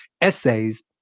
essays